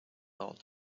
old